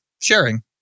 sharing